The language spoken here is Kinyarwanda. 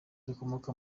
rikomoka